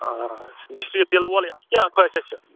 یُس یہِ تِلہٕ وولٕے اَتھ کیٛاہ خٲصیت چھِ